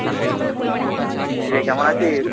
কীরে কেমন আছিস